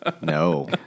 No